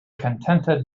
contented